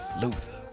Luther